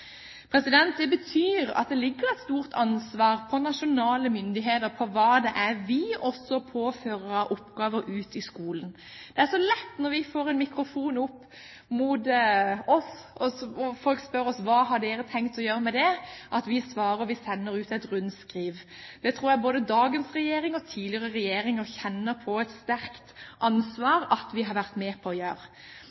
Det betyr at det ligger et stort ansvar på nasjonale myndigheter for hva det er vi også påfører skolen av oppgaver. Det er så lett når vi får en mikrofon opp i ansiktet, og folk spør oss om hva vi har tenkt å gjøre med det, at vi svarer: Vi sender ut et rundskriv. Jeg tror at både dagens regjering og tidligere regjeringer kjenner et sterkt